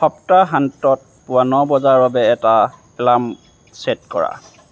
সপ্তাহান্তত পুৱা ন বজাৰ বাবে এটা এলাৰ্ম ছে'ট কৰা